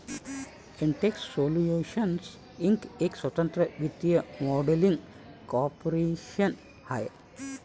Intex Solutions Inc एक स्वतंत्र वित्तीय मॉडेलिंग कॉर्पोरेशन आहे